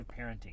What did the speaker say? parenting